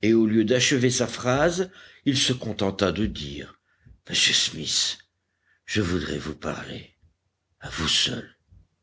et au lieu d'achever sa phrase il se contenta de dire monsieur smith je voudrais vous parler à vous seul